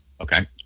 okay